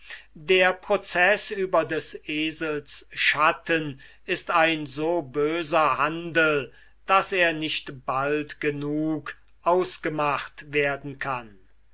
der proceß über des esels schatten ist ein so böser handel daß er nicht bald genug ausgemacht werden kann